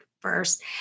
first